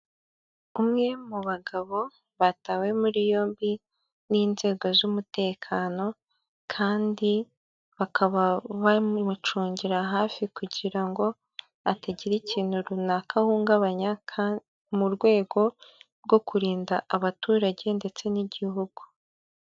Umwe mu bagabo batawe muri yombi n'inzego z'umutekano kandi bakaba bamucungira hafi kugira ngo atagira ikintu runaka ahungabanya mu rwego rwo kurinda abaturage ndetse n'igihugu.